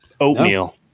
Oatmeal